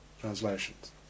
translations